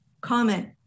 comment